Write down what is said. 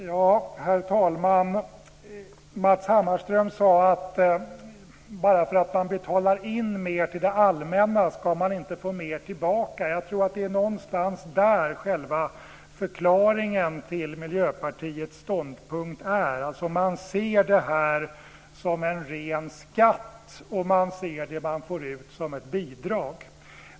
Herr talman! Matz Hammarström sade att bara för att man betalar in mer till det allmänna ska man inte få mer tillbaka. Det är någonstans där själva förklaringen till Miljöpartiets ståndpunkt är. Det ser det som en ren skatt, och det ser det man får ut som ett rent bidrag.